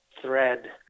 thread